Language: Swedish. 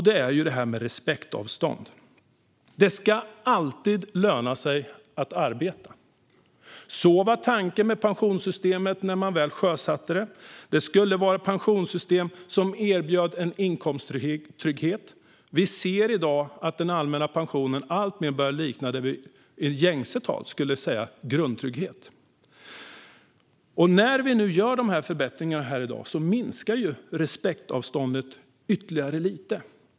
Det gäller detta med respektavstånd. Det ska alltid löna sig att arbeta. Så var tanken med pensionssystemet när man väl sjösatte det. Det skulle vara ett pensionssystem som erbjöd en inkomsttrygghet. Vi ser i dag att den allmänna pensionen alltmer börjar likna det som vi i gängse tal kallar grundtrygghet. När vi nu gör dessa förbättringar i dag minskar respektavståndet ytterligare lite grann.